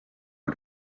god